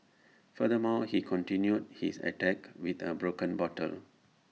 furthermore he continued his attack with A broken bottle